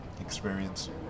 experience